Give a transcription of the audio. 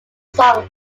song